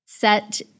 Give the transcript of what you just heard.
Set